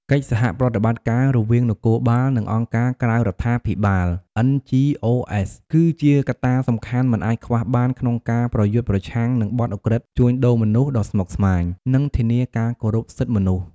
កិច្ចសហប្រតិបត្តិការរវាងនគរបាល និងអង្គការក្រៅរដ្ឋាភិបាល (NGOs) គឺជាកត្តាសំខាន់មិនអាចខ្វះបានក្នុងការប្រយុទ្ធប្រឆាំងនឹងបទឧក្រិដ្ឋជួញដូរមនុស្សដ៏ស្មុគស្មាញ និងធានាការគោរពសិទ្ធិមនុស្ស។